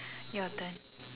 your turn